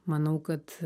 manau kad